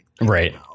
Right